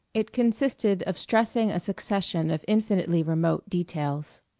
it consisted of stressing a succession of infinitely remote details,